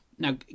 Now